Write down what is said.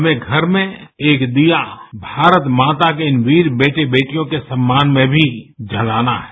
हमें घर में एक दीया भारत माता के इन वीर बेटे बेटियों के सम्मान में मी जलाना है